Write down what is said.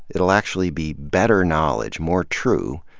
it'll actually be better knowledge, more true,